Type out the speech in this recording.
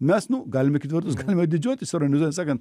mes nu galime kitą vertus galime didžiuotis ironizuojant sakant